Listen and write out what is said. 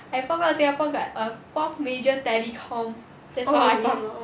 I found out singapore got a fourth major telecom that's what I found out